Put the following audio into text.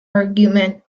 argument